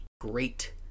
great